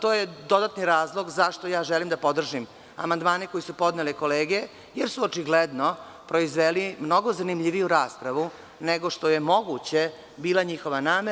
to je dodatni razlog zašto ja želim da podržim amandmane koji su podnele kolege jer su očigledno proizveli mnogo zanimljiviju raspravu nego što je moguće bila njihova namera.